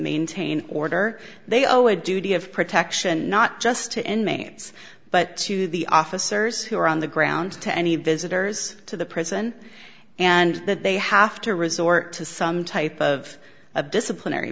maintain order they owe a duty of protection not just to enhance but to the officers who are on the ground to any visitors to the prison and that they have to resort to some type of a disciplinary